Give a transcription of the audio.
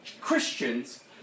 Christians